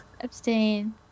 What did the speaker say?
Abstain